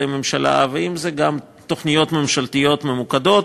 ממשלה ואם זה תוכניות ממשלתיות ממוקדות.